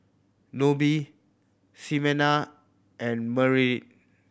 Nobie Ximena and Merritt